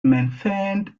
maintained